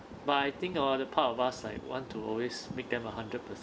but I think orh the part of us like want to always make them a hundred